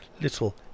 little